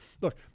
Look